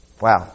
Wow